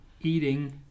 eating